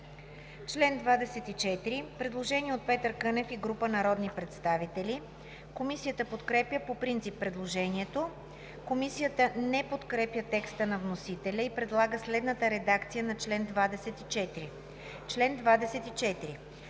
20 има предложение от Петър Кънев и група народни представители. Комисията подкрепя по принцип предложението. Комисията подкрепя по принцип текста на вносителя и предлага следната редакция на чл. 20: „Чл. 20.